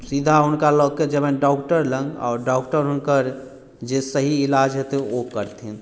सीधा हुनका लऽके जएबनि डॉक्टर लग आओर डॉक्टर हुनकर जे सही इलाज हेतै ओ करथिन